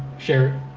share it.